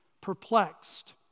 Perplexed